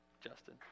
Justin